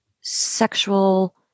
sexual